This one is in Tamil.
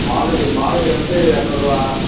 மாதுளை மாதுளை வந்து இரநூறுவா